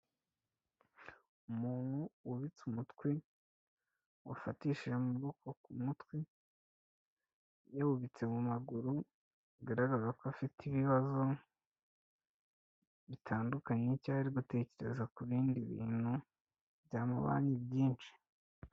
Umuntu wubitse umutwe, wafatishije amaboko ku mutwe yabitse mu maguru bigaragaza ko afite ibibazo bitandukanye cyangwa ari gutekereza ku bindi bintu byamubanye byinshi.